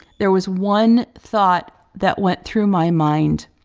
there was one thought that went through my mind,